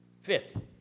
fifth